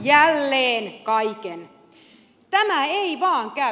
tämä ei vaan käy